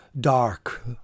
dark